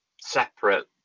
separate